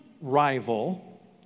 rival